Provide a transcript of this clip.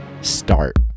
start